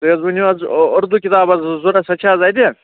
تُہۍ حظ ؤنو حظ اُردو کِتاب حظ ٲس ضوٚرَتھ سۄ چھےٚ حظ اَتہِ